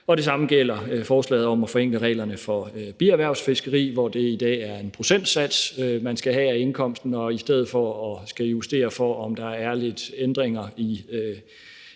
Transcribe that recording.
Det samme gælder forslaget om at forenkle reglerne for bierhvervsfiskeri, hvor det i dag er en procentsats, man skal have af indkomsten, og i stedet for at skulle justere for, om der er lidt ændringer i